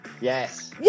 Yes